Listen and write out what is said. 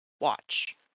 watch